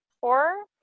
four